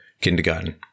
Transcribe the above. kindergarten